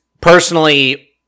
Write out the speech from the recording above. personally